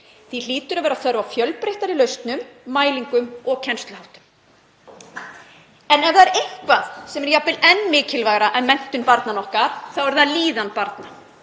Því hlýtur að vera þörf á fjölbreyttari lausnum, mælingum og kennsluháttum. En ef það er eitthvað sem er jafnvel enn mikilvægara en menntun barnanna okkar þá er það líðan barna.